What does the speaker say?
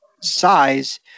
size